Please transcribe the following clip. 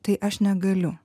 tai aš negaliu